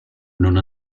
non